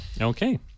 Okay